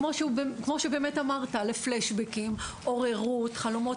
כמו שבאמת אמרת - לפלאשבקים, עוררות, חלומות.